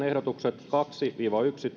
ehdotukset yksi